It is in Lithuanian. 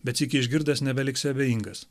bet sykį išgirdęs nebeliksi abejingas